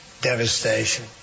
devastation